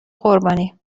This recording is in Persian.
قربانی